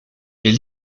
est